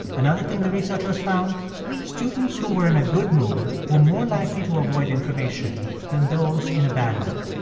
another thing the researchers found students who were in a good mood were more likely to avoid information than those in a bad mood.